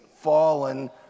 fallen